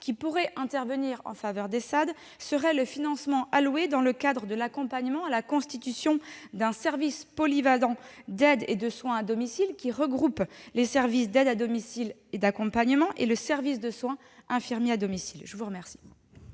qui pourraient intervenir en faveur des SAAD seraient les financements alloués dans le cadre de l'accompagnement à la constitution d'un service polyvalent d'aide et de soins à domicile, regroupant les services d'aide et d'accompagnement à domicile et les services de soins infirmiers à domicile. La parole